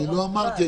לא אמרתי,